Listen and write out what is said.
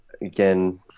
Again